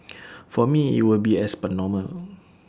for me IT will be as per normal